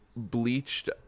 Bleached